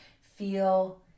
feel